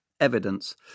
Evidence